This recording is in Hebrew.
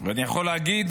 ואני יכול להגיד: